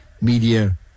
Media